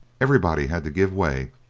everybody had to give way,